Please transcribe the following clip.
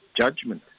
judgment